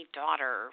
daughter